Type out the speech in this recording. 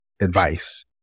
advice